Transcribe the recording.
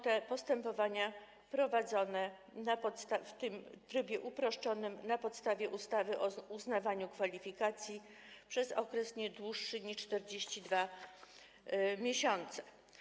Te postępowania będą prowadzone w trybie uproszczonym na podstawie ustawy o uznawaniu kwalifikacji przez okres nie dłuższy niż 42 miesiące.